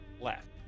Left